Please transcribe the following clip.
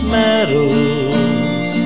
medals